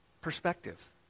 perspective